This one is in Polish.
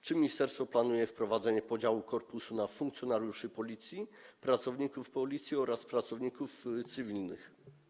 Czy ministerstwo planuje wprowadzenie podziału korpusu na funkcjonariuszy Policji, pracowników Policji oraz pracowników cywilnych?